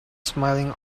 smiling